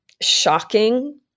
shocking